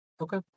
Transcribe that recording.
Okay